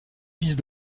fils